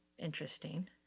Interesting